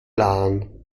lahn